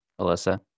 Alyssa